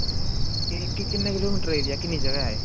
ते किन्ने kilometre area किन्नी जगह ऐ एह्